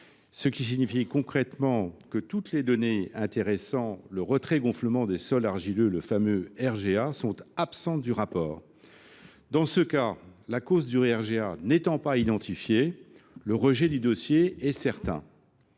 ce qui est souvent le cas, toutes les données intéressant le retrait gonflement des sols argileux, le fameux RGA, sont absentes du rapport d’expertise. Dans un tel cas, la cause du RGA n’étant pas identifiée, le rejet du dossier est certain.